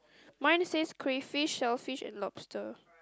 mine says crayfish sellfish and lobster